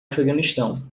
afeganistão